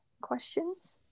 questions